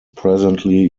presently